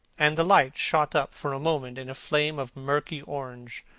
and the light shot up for a moment in a flame of murky orange.